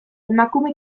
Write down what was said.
emakume